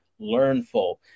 learnful